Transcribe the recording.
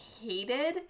hated